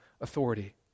authority